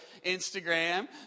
Instagram